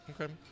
Okay